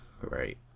Right